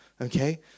Okay